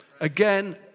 Again